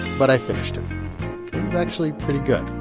but i finished it. it was actually pretty good.